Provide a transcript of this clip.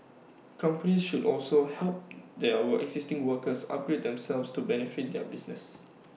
companies should also help their existing workers upgrade themselves to benefit their business